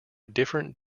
different